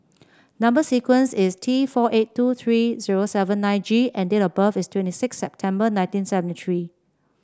number sequence is T four eight two three zero seven nine G and date of birth is twenty six September nineteen seventy three